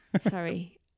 sorry